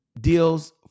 deals